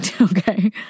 Okay